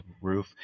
roof